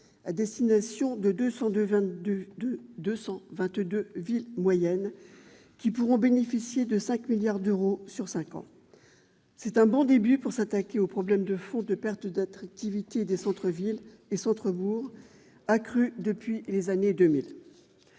à destination de 222 villes moyennes, qui pourront bénéficier de 5 milliards d'euros sur cinq ans. C'est un bon début pour s'attaquer au problème de fond de la perte d'attractivité des centres-villes et centres-bourgs, phénomène qui s'accroît depuis les années 2000.